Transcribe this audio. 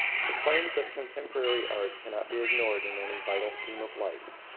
the claims of contemporary art cannot be ignored in any vital scheme of life.